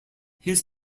his